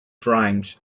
primes